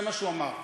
זה מה שהוא אמר.